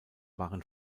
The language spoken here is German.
waren